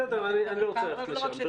בסדר, אני לא רוצה ללכת לשם.